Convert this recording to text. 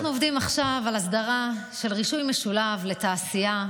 אנחנו עובדים עכשיו על הסדרה של רישוי משולב לתעשייה,